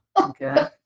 Okay